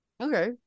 Okay